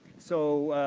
so,